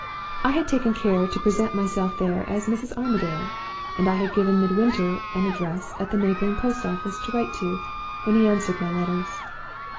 i had taken care to present myself there as mrs. armadale' and i had given midwinter an address at the neighboring post-office to write to when he answered my letters.